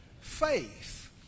Faith